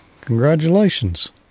Congratulations